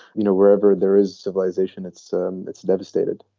you know, wherever there is civilization, it's um it's devastated